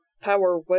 Power